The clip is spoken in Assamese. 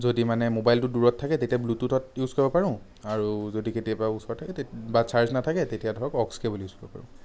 যদি মানে ম'বাইলটো দূৰত থাকে তেতিয়া ব্লুটুথত ইউজ কৰিব পাৰোঁ আৰু যদি কেতিয়াবা ওচৰত থাকে বা চাৰ্জ নাথাকে তেতিয়া ধৰক অক্স কেব'ল ইউজ কৰিব পাৰোঁ